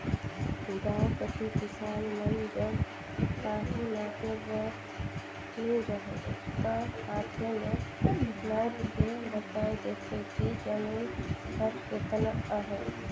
गाँव कती किसान मन जग काहीं नापे बर नी रहें ता हांथे में नाएप के बताए देथे कि जमीन हर केतना अहे